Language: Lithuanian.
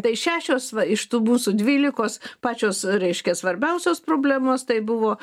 tai šešios va iš tų mūsų dvylikos pačios reiškia svarbiausios problemos tai buvo